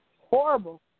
Horrible